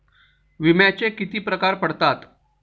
विम्याचे किती प्रकार पडतात?